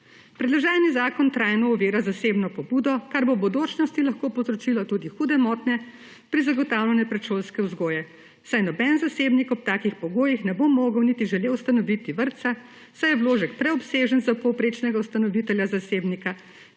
Predloženi zakon trajno ovira zasebno pobudo, kar bo v bodočnosti lahko povzročilo tudi hude motnje pri zagotavljanju predšolske vzgoje, saj noben zasebnik ob takih pogojih ne bo mogel niti želel ustanoviti vrtca, saj je vložek preobsežen za povprečnega ustanovitelja zasebnika,